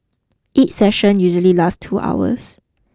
each session usually last two hours